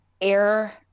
air